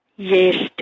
Yes